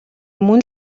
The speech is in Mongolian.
мөн